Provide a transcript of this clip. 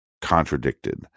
contradicted